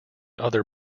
other